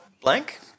blank